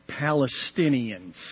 Palestinians